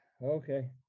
Okay